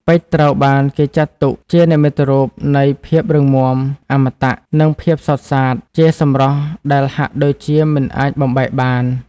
ពេជ្រត្រូវបានគេចាត់ទុកជានិមិត្តរូបនៃ ភាពរឹងមាំ អមតៈ និងភាពសុទ្ធសាធ ជាសម្រស់ដែលហាក់ដូចជាមិនអាចបំបែកបាន។